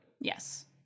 yes